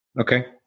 Okay